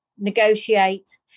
negotiate